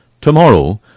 tomorrow